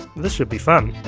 this should be fun.